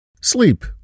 Sleep